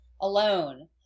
alone